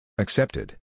Accepted